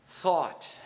thought